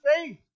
faith